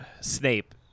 Snape